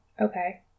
Okay